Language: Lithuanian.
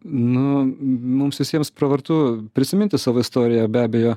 nu mums visiems pravartu prisiminti savo istoriją be abejo